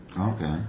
Okay